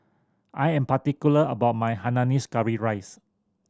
I am particular about my hainanese curry rice